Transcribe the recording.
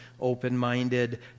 open-minded